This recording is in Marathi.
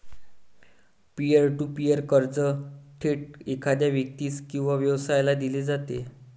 पियर टू पीअर कर्ज थेट एखाद्या व्यक्तीस किंवा व्यवसायाला दिले जाते